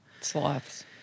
Sloths